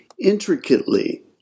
intricately